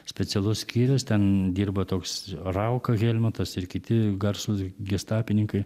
specialus skyrius ten dirbo toks rauka helmutas ir kiti garsūs gestapininkai